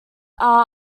are